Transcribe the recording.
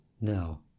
No